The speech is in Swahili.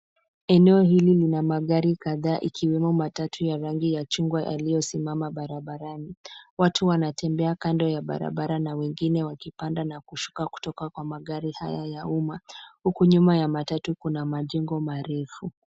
Eneo hili lina magari kadhaa ikiwemo matatu ya rangi ya chungwa yaliyosimama barabarani. Watu wanatembea kando ya barabara na wengine wakipanda na kushuka kutoka kwa magari haya ya umma huku nyuma ya matatu kuna majengo marefu.